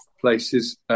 places